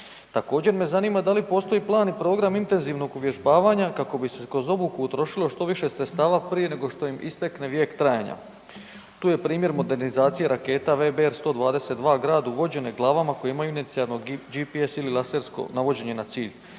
Također me zanima da li postoji plan i program intenzivnog uvježbavanja kako bi se kroz obuku utrošilo što više sredstava prije nego što im istekne vijek trajanja? Tu je primjer modernizacija raketa VBR 122 Grad uvođene glavama koje imaju inicijalno GPS ili lasersko navođenje na cilj.